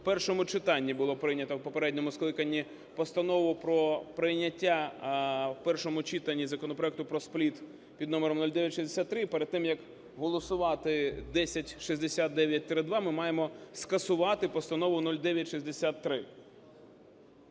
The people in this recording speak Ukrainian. в першому читанні було прийнято у попередньому скликанні постанову про прийняття в першому читанні законопроект про СПЛІТ під номером 0963. Перед тим як голосувати 1069-2 ми маємо скасувати Постанову 0963.